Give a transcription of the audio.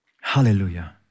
Hallelujah